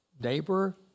neighbor